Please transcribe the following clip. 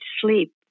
sleep